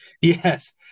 Yes